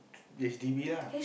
H_D_B lah